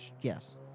Yes